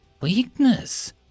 weakness